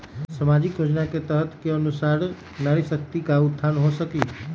सामाजिक योजना के तहत के अनुशार नारी शकति का उत्थान हो सकील?